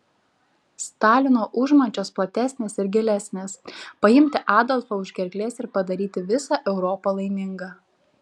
stalino užmačios platesnės ir gilesnės paimti adolfą už gerklės ir padaryti visą europą laimingą